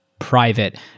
Private